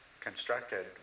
constructed